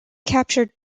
captured